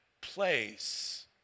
place